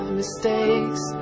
mistakes